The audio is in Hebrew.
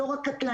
לא רק קטלניות,